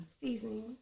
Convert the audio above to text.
Seasoning